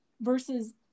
versus –